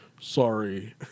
Sorry